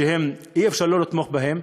שאי-אפשר שלא לתמוך בהם,